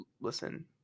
listen